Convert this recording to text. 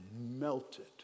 melted